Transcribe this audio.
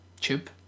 tube